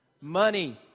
Money